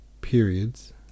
periods